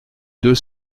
deux